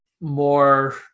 more